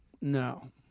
No